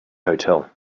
hotel